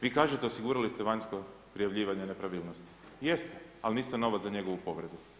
Vi kažete, osigurali ste vanjsko prijavljivanje nepravilnosti, jeste, ali niste novac za njegovu povredu.